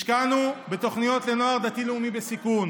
השקענו בתוכניות לנוער דתי-לאומי בסיכון,